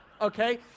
Okay